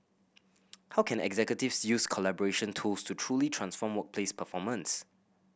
how can executives use collaboration tools to truly transform workplace performance